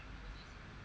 mm